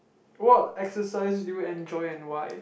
what exercise do you enjoy and why